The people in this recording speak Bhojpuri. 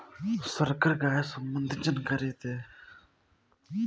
संकर गाय सबंधी जानकारी दी?